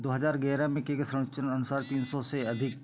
दो हज़ार ग्यारह में किए गए सर्वेक्षण अनुसार तीन सौ से अधिक